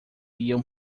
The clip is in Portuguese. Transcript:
iam